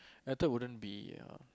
I thought it wouldn't be uh